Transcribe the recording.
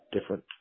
different